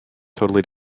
totally